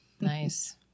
Nice